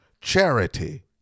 charity